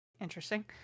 interesting